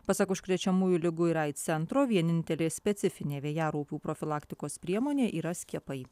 pasak užkrečiamųjų ligų ir aids centro vienintelė specifinė vėjaraupių profilaktikos priemonė yra skiepai